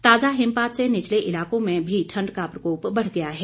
ताज़ा हिमपात से निचले इलाकों में भी ठंड का प्रकोप बढ़ गया है